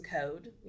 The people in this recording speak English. code